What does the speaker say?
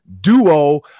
duo